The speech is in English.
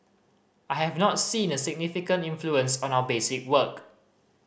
I have not seen a significant influence on our basic work